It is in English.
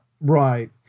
right